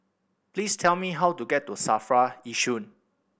please tell me how to get to SAFRA Yishun